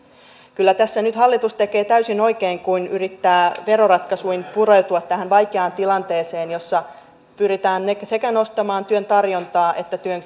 kyllä tässä nyt hallitus tekee täysin oikein kun yrittää veroratkaisuin pureutua tähän vaikeaan tilanteeseen jossa pyritään nostamaan sekä työn tarjontaa että työn